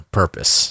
purpose